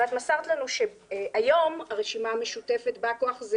מסרת לנו שהיום הרשימה המשותפת בא כוח זה